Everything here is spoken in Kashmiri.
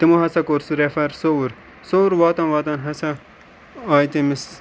تِمو ہَسا کوٚر سُہ رٮ۪فَر سوٚوُر سوٚوُر واتان واتان ہَسا آے تٔمِس